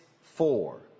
four